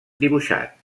dibuixat